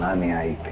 may i